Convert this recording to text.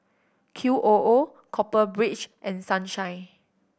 Q O O Copper Ridge and Sunshine